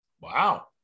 Wow